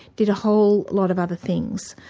did a whole lot of other things.